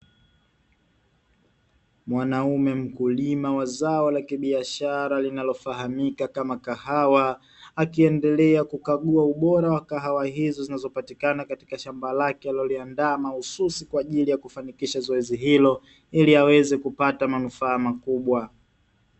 Mwanaume mkulima wa zao la kibiashara linalofahamika kama kahawa, akiendelea kukagua ubora wa kahawa hizo zinazopatikana katika shamba lake aliloliandaa mahususi kwaajili ya kufanikisha zoezi hilo, ili aweze kupata manufaa makubwa.